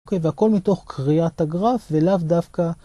והכל מתוך קריאת הגרף ולאו דווקא.